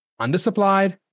undersupplied